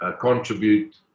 contribute